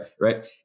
Right